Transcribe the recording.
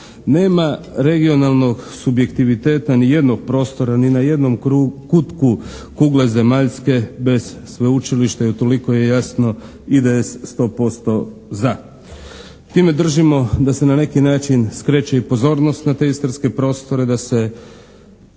Nema regionalnog subjektiviteta nijednog prostora ni na jednom kutku kugle Zemaljske bez sveučilišta i utoliko je jasno IDS sto posto za. Time držimo da se na neki način skreće i pozornost na te istarske prostore, da se